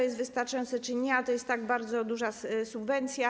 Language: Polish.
Jest to wystarczające czy nie - to jest i tak bardzo duża subwencja.